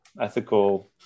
ethical